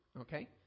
okay